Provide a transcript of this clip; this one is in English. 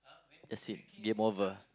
that's it game over